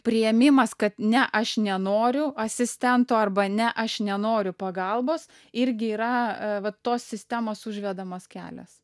priėmimas kad ne aš nenoriu asistento arba ne aš nenoriu pagalbos irgi yra va tos sistemos užvedamas kelias